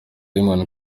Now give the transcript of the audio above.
simon